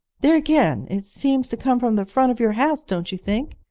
there again it seems to come from the front of your house, don't you think